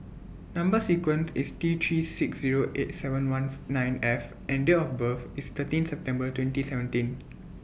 Number sequence IS T three six Zero eight seven one nine F and Date of birth IS thirteen September twenty seventeen